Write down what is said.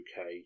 UK